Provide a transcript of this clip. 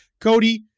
Cody